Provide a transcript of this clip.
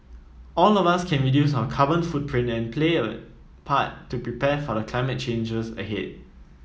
all of us can reduce our carbon footprint and play a part to prepare for the climate challenges ahead